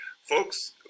folks